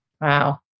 Wow